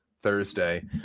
thursday